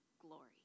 glory